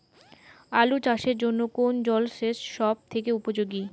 আলু চাষের জন্য কোন জল সেচ সব থেকে উপযোগী?